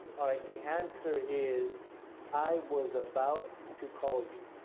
alright, the answer is i was about to call you.